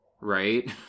right